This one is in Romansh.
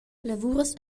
lavurs